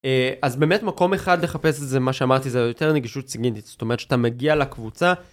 אז באמת מקום אחד לחפש את זה מה שאמרתי זה יותר נגישות סיגנטית זאת אומרת שאתה מגיע לקבוצה.